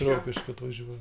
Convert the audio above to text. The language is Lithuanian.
rokiškio atvažiuoja